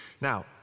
Now